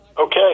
okay